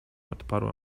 odparła